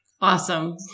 Awesome